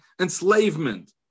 enslavement